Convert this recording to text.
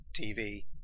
TV